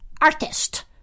artist